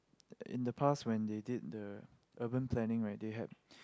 in the past when they did the urban planning right they had